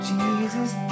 Jesus